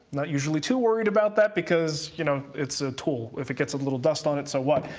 not usually too worried about that because, you know, it's a tool. if it gets a little dust on it, so what?